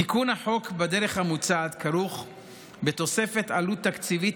תיקון החוק בדרך המוצעת כרוך בתוספת עלות תקציבית